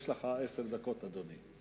יש לך עשר דקות, אדוני.